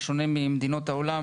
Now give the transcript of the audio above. בשונה ממדינות העולם,